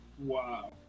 Wow